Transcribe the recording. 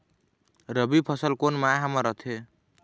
रबी फसल कोन माह म रथे?